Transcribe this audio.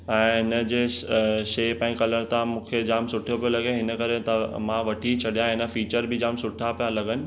ऐं हिनजे शेप ऐं कलर तव्हां मूंखे जामु सुठो पियो लॻे हिन करे त मां वठी छॾिया हिना फ़ीचर बि जामु सुठा पिया लॻनि